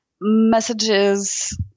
messages